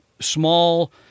small